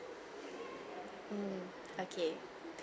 mm okay